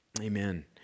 amen